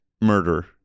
murder